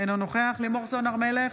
אינו נוכח לימור סון הר מלך,